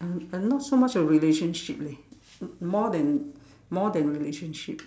I'm I'm not so much of relationship leh more than more than relationship